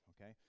okay